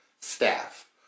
staff